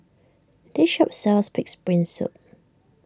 this shop sells Pig's Brain Soup